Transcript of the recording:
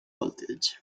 voltage